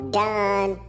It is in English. done